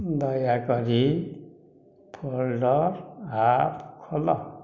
ଦୟାକରି folder app ଖୋଲ